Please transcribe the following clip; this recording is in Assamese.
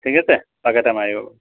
ঠিক আছে পাক এটা মাৰিব